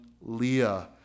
Leah